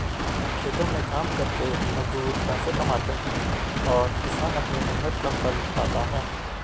खेतों में काम करके मजदूर पैसे कमाते हैं और किसान अपनी मेहनत का फल पाता है